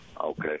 Okay